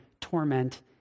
torment